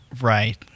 Right